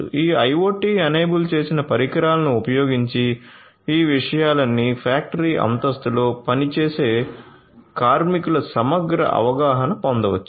ఈ IoT enable చేసిన పరికరాలను ఉపయోగించి ఈ విషయాలన్నీ ఫ్యాక్టరీ అంతస్తులో పనిచేసే కార్మికులు సమగ్ర అవగాహన పొందవచ్చు